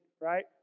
right